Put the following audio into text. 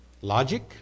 logic